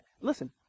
Listen